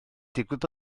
digwydd